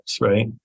right